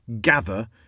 gather